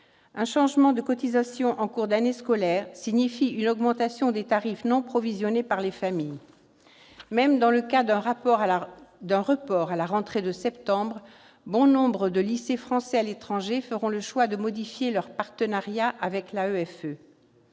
Un changement de cotisation en cours d'année scolaire signifie une augmentation des tarifs non provisionnée par les familles. Même dans le cas d'un report à la rentrée de septembre, bon nombre de lycées français à l'étranger feront le choix de modifier leur partenariat avec l'AEFE.